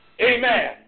Amen